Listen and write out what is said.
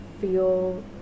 feel